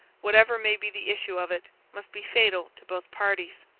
whatever may be the issue of it, must be fatal to both parties.